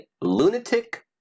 lunatic